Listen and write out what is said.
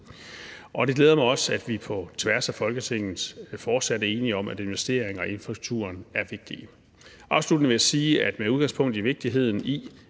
Det glæder mig også, at vi på tværs af Folketinget fortsat er enige om, at investeringer i infrastrukturen er vigtige. Afsluttende vil jeg sige, at med udgangspunkt i vigtigheden